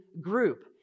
group